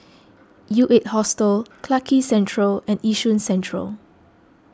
U eight Hostel Clarke Quay Central and Yishun Central